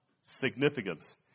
significance